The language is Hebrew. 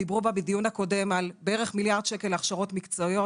דיברו בדיון הקודם על בערך מיליון שקלים להכשרות מקצועיות.